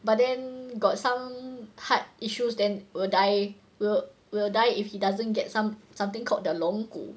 but then got some heart issues then will die will will die if he doesn't get some~ something called the 龙骨